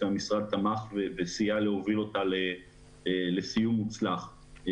המשרד תמך וסייע להוביל אותה לסיום מוצלח.